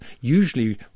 usually